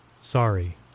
Sorry